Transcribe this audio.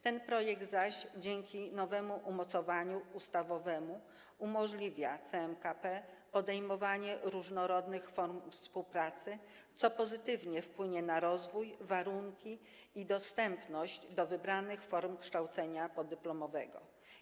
Ten projekt zaś, dzięki nowemu umocowaniu ustawowemu, umożliwia CMKP podejmowanie różnorodnych form współpracy, co pozytywnie wpłynie na rozwój, warunki i dostęp do wybranych form kształcenia podyplomowego.